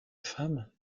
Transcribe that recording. femme